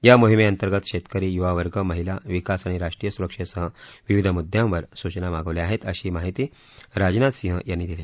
या मोहिमेअंतर्गत शेतकरी युवा वर्ग महिला विकास आणि राष्ट्रीय सुरक्षेसह विविध मुद्द्यांवर सूचना मागवल्या आहेत अशी माहिती राजनाथ सिंह यांनी दिली